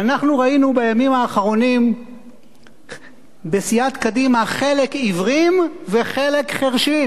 אנחנו ראינו בימים האחרונים בסיעת קדימה חלק עיוורים וחלק חירשים,